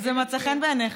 זה מצא חן בעיניך.